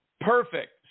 perfect